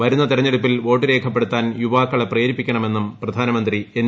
വരുന്ന തെരഞ്ഞെടുപ്പിൽ വോട്ടു രേഖപ്പെടുത്താൻ യുവാക്കളെ പ്രേരിപ്പിക്കണമെന്നും പ്രധാനമന്ത്രി എൻ